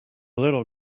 little